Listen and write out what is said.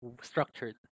structured